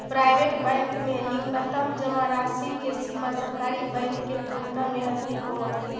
private bank में न्यूनतम जमा राशि के सीमा सरकारी बैंक के तुलना में अधिक होवऽ हइ